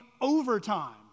overtime